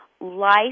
Life